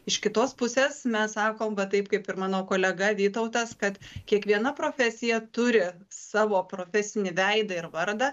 iš kitos pusės mes sakom va taip kaip ir mano kolega vytautas kad kiekviena profesija turi savo profesinį veidą ir vardą